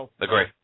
Agree